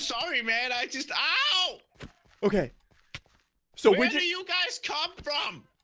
sorry man. i just ah okay so where do you guys come from?